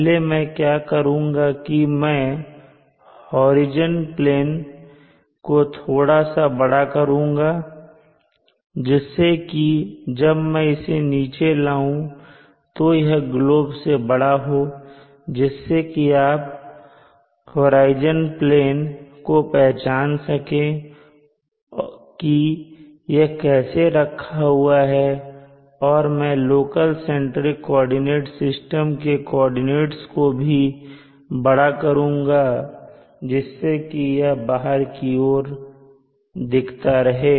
पहले मैं क्या करुंगा कि मैं होराइजन प्लेन को थोड़ा बड़ा करुंगा जिससे कि जब मैं इसे नीचे लाऊं तो यह ग्लोब से बड़ा हो जिससे कि आप ओराइजन प्लेन को पहचान सकें कि यह कैसे रखा हुआ है और मैं लोकल सेंट्रिक कोऑर्डिनेट सिस्टम के कोऑर्डिनेट्स को भी बड़ा करुंगा जिससे कि यह बाहर की ओर देखता रहे